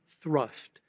thrust